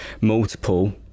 multiple